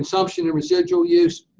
consumption and residual use,